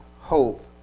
hope